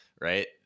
right